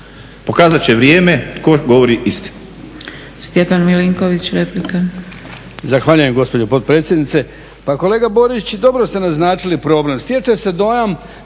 pokazat će vrijeme tko govori istinu.